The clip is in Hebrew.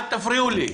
אל תפריעו לי.